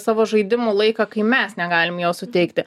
savo žaidimų laiką kai mes negalim jo suteikti